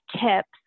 tips